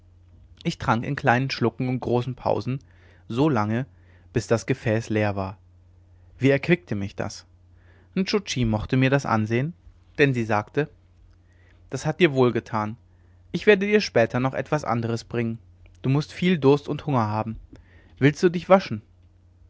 ich trank in kleinen schlucken und großen pausen so lange bis das gefäß leer war wie erquickte mich das nscho tschi mochte mir das ansehen denn sie sagte das hat dir wohl getan ich werde dir später noch etwas anderes bringen du mußt viel durst und hunger haben willst du dich waschen